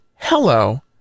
hello